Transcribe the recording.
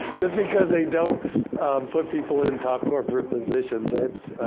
just because they don't put people in top corporate positions.